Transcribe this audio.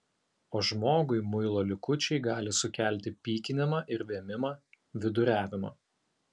o žmogui muilo likučiai gali sukelti pykinimą ir vėmimą viduriavimą